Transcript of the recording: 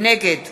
נגד